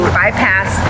bypass